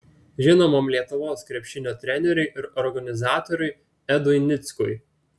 žinomam lietuvos krepšinio treneriui ir organizatoriui edui nickui